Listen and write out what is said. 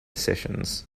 sessions